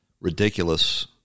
ridiculous